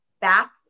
back